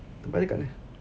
tempat dia kat mana